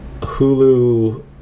hulu